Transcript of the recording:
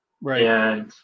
Right